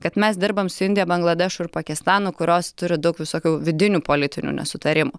kad mes dirbam su indija bangladešu ir pakistanu kurios turi daug visokių vidinių politinių nesutarimų